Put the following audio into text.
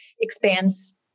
expands